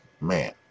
man